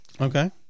okay